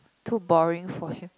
too boring for you